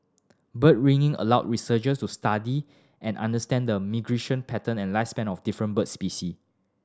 bird ringing allow researchers to study and understand the migration pattern and lifespan of different bird specie